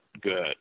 good